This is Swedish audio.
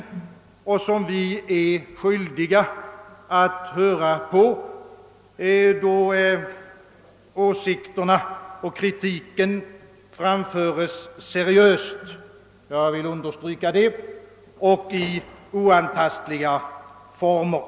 Jag vill också understryka, att vi är skyldiga att lyssna till åsikterna och kritiken från detta håll, om de framföres seriöst och under oantastliga former.